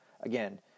again